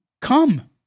Come